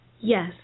yes